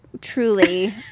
truly